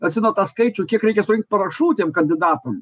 atsimena tą skaičių kiek reikia surinkt parašų tiem kandidatam